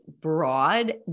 broad